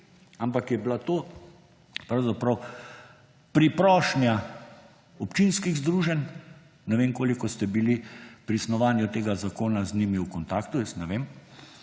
ampak je bila to pravzaprav priprošnja občinskih združenj. Ne vem, koliko ste bili pri snovanju tega zakona z njimi v kontaktu, da so